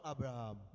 Abraham